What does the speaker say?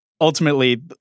Ultimately